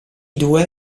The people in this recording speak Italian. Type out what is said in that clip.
due